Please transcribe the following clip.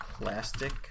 plastic